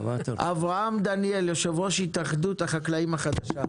אברהם דניאל, יושב ראש התאחדות החקלאים החדשה.